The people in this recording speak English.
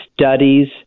studies